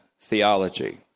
theology